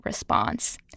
response